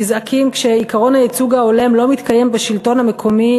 נזעקים כשעקרון הייצוג ההולם לא מתקיים בשלטון המקומי,